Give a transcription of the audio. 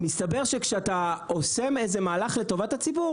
מסתבר שכשאתה עושה איזה מהלך לטובת הציבור